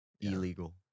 illegal